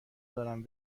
دارم